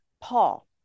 Paul